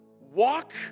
walk